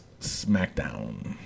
SmackDown